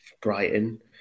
Brighton